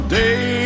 day